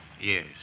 Yes